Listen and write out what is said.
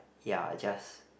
ya just